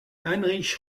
heinrich